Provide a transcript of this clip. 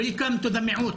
וולקאם טו דה מיעוט.